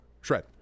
Shred